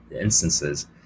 instances